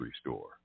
store